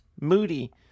Moody